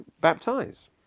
baptize